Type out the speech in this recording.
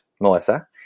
Melissa